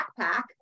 backpack